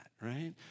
right